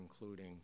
including